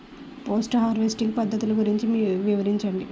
Post harvesting పద్ధతులు గురించి వివరించండి?